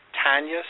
Tanya